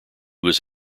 was